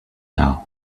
now